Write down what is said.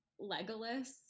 Legolas